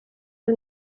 del